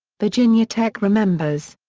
virginia tech remembers.